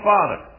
Father